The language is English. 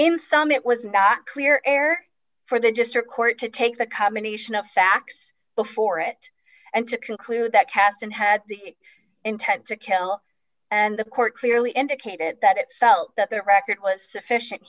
in some it was not clear air for the just or court to take the combination of facts before it and to conclude that kasten had the intent to kill and the court clearly indicated that it felt that their record was sufficient